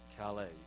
Calais